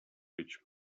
rich